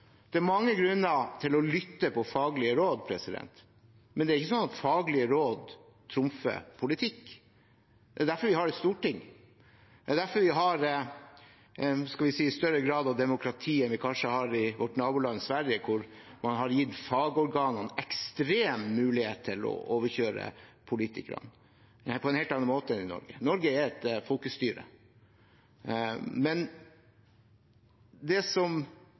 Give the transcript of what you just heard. Det er mange grunner til å lytte til faglige råd, men det er ikke sånn at faglige råd trumfer politikk. Det er derfor vi har et storting, det er derfor vi har – skal vi si – større grad av demokrati enn de kanskje har i vårt naboland Sverige, hvor man har gitt fagorganene en ekstrem mulighet til å overkjøre politikerne, på en helt annen måte enn i Norge. Norge er et folkestyre. Men det som